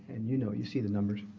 and you know you see the numbers.